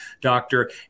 doctor